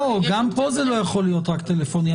גם פה זה לא יכול להיות רק טלפוני.